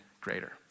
greater